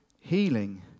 healing